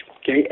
okay